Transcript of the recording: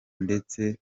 ndetse